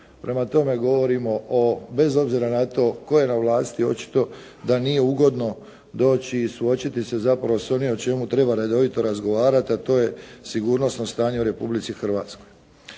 Prema tome, govorimo o, bez obzira na to tko je na vlasti očito da nije ugodno doći i suočiti se zapravo sa onim o čemu treba redoviti razgovarati a to je sigurnosno stanje u republici Hrvatskoj.